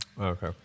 Okay